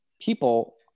people